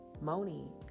Moni